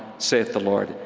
saith the lord,